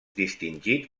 distingit